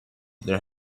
there